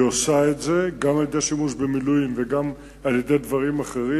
והיא עושה את זה גם על-ידי שימוש במילואים וגם על-ידי דברים אחרים.